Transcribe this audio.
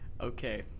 Okay